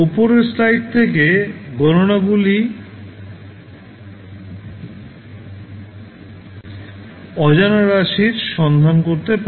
উপরের স্লাইড থেকে গণনাগুলি অজানা রাশির সন্ধান করতে পারে